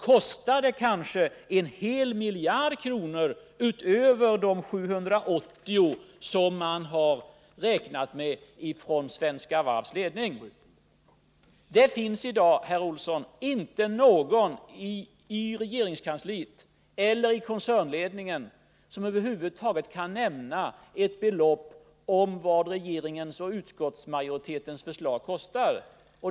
Kostar det kanske en hel miljard kronor utöver de 780 miljoner som Svenska Varvs ledning har räknat med? Det finns i dag, herr Olsson, inte någon i regeringskansliet eller i koncernledningen som över huvud taget kan nämna ett belopp för vad regeringens och utskottsmajoritetens förslag kostar.